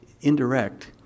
indirect